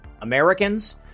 Americans